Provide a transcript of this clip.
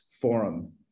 forum